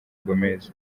gomez